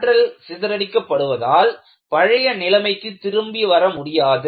ஆற்றல் சிதறடிக்க படுவதால் பழைய நிலைமைக்கு திரும்பி வர முடியாது